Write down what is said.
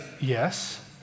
yes